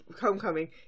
Homecoming